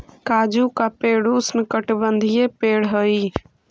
काजू का पेड़ उष्णकटिबंधीय पेड़ हई